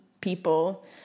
people